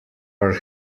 are